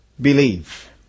believe